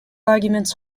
arguments